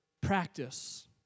practice